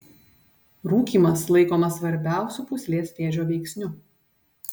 rūkymas laikomas svarbiausiu pūslės vėžio veiksniu